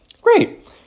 great